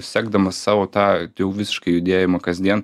sekdamas savo tą jau visišką judėjimą kasdien